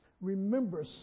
remember